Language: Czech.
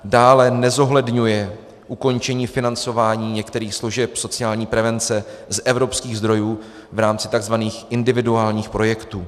Dále nezohledňuje ukončení financování některých služeb sociální prevence z evropských zdrojů v rámci tzv. individuálních projektů.